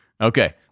Okay